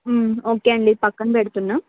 okay అండి ఇది పక్కన పెడుతున్నాను